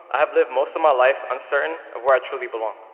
i have lived most of my life uncertain of where i truly belong.